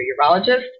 urologist